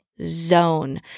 zone